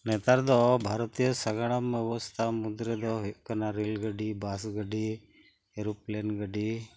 ᱱᱮᱛᱟᱨ ᱫᱚ ᱵᱷᱟᱨᱚᱛᱤᱭᱚ ᱥᱟᱜᱟᱲᱚᱢ ᱵᱮᱵᱚᱥᱛᱟ ᱢᱚᱫᱷᱮ ᱨᱮᱫᱚ ᱦᱩᱭᱩᱜ ᱠᱟᱱᱟ ᱨᱮᱞ ᱜᱟᱹᱰᱤ ᱵᱟᱥ ᱜᱟᱹᱰᱤ ᱮᱨᱚᱯᱞᱮᱱ ᱜᱟᱹᱰᱤ